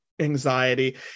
anxiety